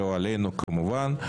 לא עלינו כמובן,